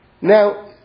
Now